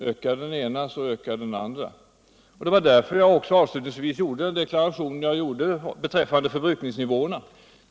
Ökar den ena så ökar den andra. Det var också därför som jag avslutningsvis gjorde en deklaration beträffande förbrukningsnivåerna.